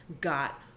got